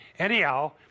Anyhow